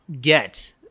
get